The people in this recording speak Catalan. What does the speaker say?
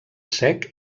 sec